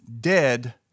dead